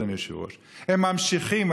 אדוני היושב-ראש: הם ממשיכים,